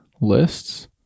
Lists